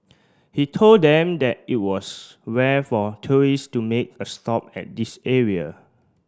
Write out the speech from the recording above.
he told them that it was rare for tourists to make a stop at this area